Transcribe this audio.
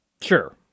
Sure